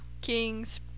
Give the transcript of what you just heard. kings